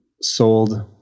sold